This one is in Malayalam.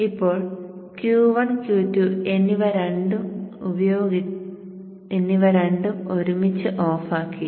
ഇപ്പോൾ Q1 Q2 എന്നിവ രണ്ടും ഒരുമിച്ച് ഓഫാക്കി